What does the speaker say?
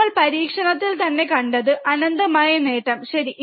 നമ്മൾ പരീക്ഷണത്തിൽ തന്നെ കണ്ടത് അനന്തമായ നേട്ടം ശരി